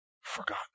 forgotten